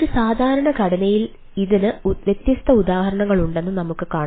ഒരു സാധാരണ ഘടനയിൽ ഇതിന് വ്യത്യസ്ത ഉദാഹരണങ്ങളുണ്ടെന്ന് നമുക്ക് കാണാം